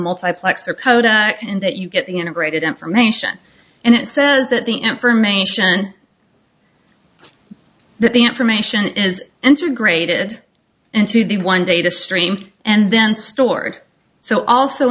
multiplexer code in that you get the integrated information and it says that the information that the information is integrated into the one data stream and then stored so also